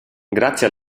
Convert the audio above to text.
grazie